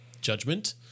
judgment